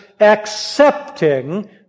accepting